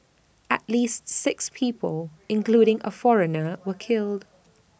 at least six people including A foreigner were killed